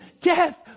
Death